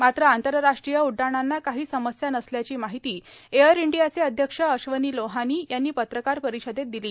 मात्र आंतरराष्ट्रीय उड्डाणांना काही समस्या नसल्याची मार्गाहती एअर ईंडियाचे अध्यक्ष अश्वनी लोहानी यांनी पत्रकार र्पारषदेत दिली